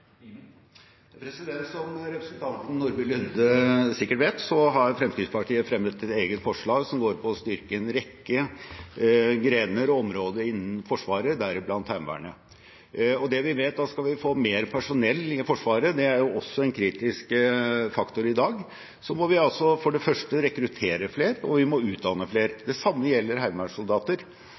Som representanten Nordby Lunde sikkert vet, har Fremskrittspartiet fremmet et eget forslag som går på å styrke en rekke grener og områder innen Forsvaret, deriblant Heimevernet. Og det vi vet, er at skal vi få mer personell i Forsvaret – det er jo også en kritisk faktor i dag – må vi altså for det første å rekruttere flere, og vi må utdanne flere. Det samme gjelder heimevernssoldater.